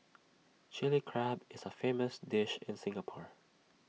Chilli Crab is A famous dish in Singapore